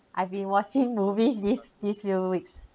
I've been watching movies this this few weeks